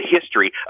history